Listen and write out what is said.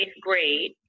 grade